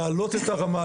להעלות את הרמה,